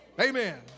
Amen